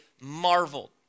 marveled